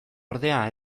ordea